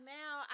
now